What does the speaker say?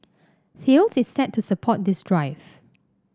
Thales is set to support this drive